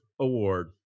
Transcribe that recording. award